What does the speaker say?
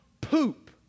poop